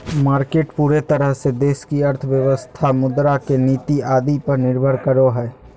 market पूरे तरह से देश की अर्थव्यवस्था मुद्रा के नीति आदि पर निर्भर करो हइ